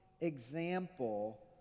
example